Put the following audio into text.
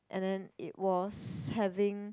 and then it was having